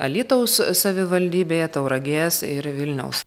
alytaus savivaldybėje tauragės ir vilniaus